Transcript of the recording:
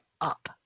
up